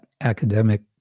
academic